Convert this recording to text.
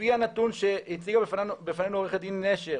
לפי הנתון שהציגה בפנינו עורכת דין נשר,